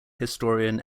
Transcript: historian